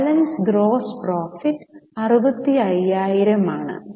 balance gross profit 65000 ആണ്